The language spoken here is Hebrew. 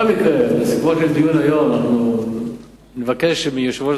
בכל מקרה בסופו של הדיון היום נבקש מיושב-ראש